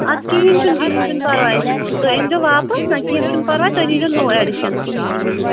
اَدٕ کِہیٖنۍ چھُنہٕ کِہیٖنۍ چھُنہٕ پرواے تُہۍ أنۍ زیو واپَس نہ کیٚنٛہہ چھُنہٕ پرواے تُہۍ نیٖزیو نوٚو ایڈِشَن کِہیٖنۍ چھُنہٕ